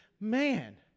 man